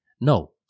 No